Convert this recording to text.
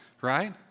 right